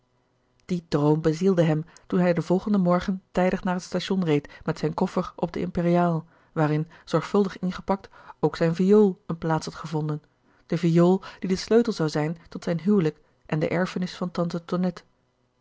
die droom bezielde hem toen hij den volgenden morgen tijdig naar het station reed met zijn koffer op de imperiale waarin zorgvuldig ingepakt ook zijn viool eene plaats had gevonden de viool die de sleutel zou zijn tot zijn huwelyk en de erfenis van tante